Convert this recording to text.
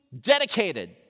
dedicated